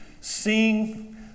sing